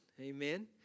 Amen